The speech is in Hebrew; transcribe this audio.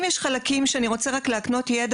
אם יש חלקים שאני רוצה רק להקנות ידע